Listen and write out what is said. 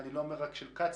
ואני לא אומר רק של קצא"א,